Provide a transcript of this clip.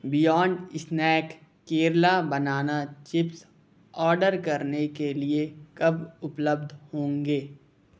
beyond snack Kerala banana chips order करने के लिए कब उपलब्ध होंगे